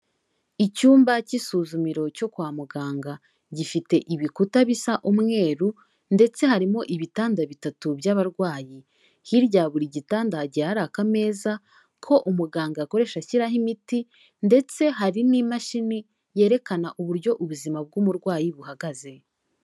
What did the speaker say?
Icyumba cy'isuzumiro cyo kwa muganga, gifite ibikuta bisa umweru, ndetse harimo ibitanda bitatu by'abarwayi. Hirya ya buri gitanda hagiye hari akameza, ko umuganga akoresha ashyiraho imiti, ndetse hari n'imashini yerekana uburyo ubuzima bw'umurwayi buhagaze.